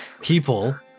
people